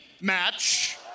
match